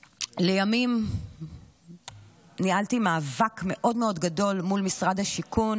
לימים ניהלתי מאבק מאוד מאוד גדול מול משרד השיכון